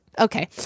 Okay